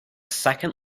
second